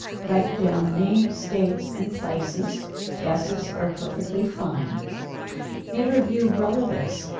write down names, dates and places guesses are perfectly fine interview relatives.